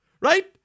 right